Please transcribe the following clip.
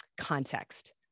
context